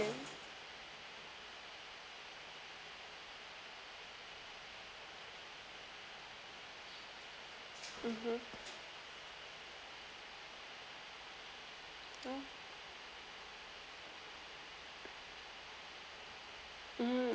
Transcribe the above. mmhmm oh mmhmm